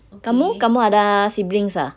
kamu kamu ada siblings ah